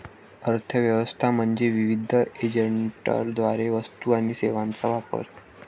अर्थ व्यवस्था म्हणजे विविध एजंटद्वारे वस्तू आणि सेवांचा वापर